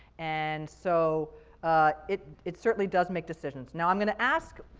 and so it, it certainly does make decisions. now i'm going to ask,